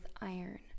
iron